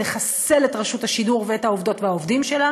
לחסל את רשות השידור ואת העובדות והעובדים שלה